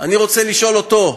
אני רוצה לשאול אותו: